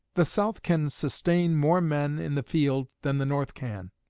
the south can sustain more men in the field than the north can.